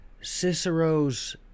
Cicero's